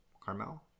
Carmel